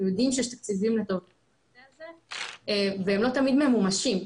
יודעים שיש תקציבים לטובת הנושא הזה והם לא תמיד ממומשים.